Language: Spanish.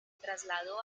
trasladó